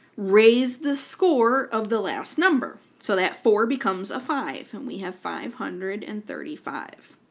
raise the score of the last number. so that four becomes a five, and we have five hundred and thirty five,